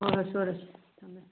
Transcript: ꯍꯣ ꯍꯣꯏ ꯁꯣꯏꯔꯣꯏ ꯊꯝꯃꯦ